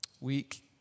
week